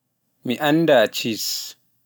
Mi annda cheese